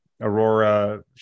Aurora